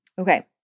Okay